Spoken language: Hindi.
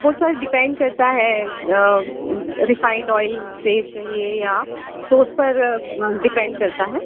वह सर डिपेन्ड करता है रिफ़ाइन्ड ऑइल से चाहिए या तो उस पर डिपेन्ड करता है